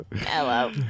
Hello